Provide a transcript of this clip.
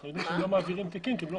אנחנו יודעים שהם לא מעבירים תיקים כי הם לא